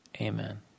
Amen